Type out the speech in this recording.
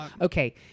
Okay